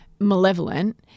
malevolent